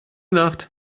nacht